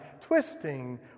twisting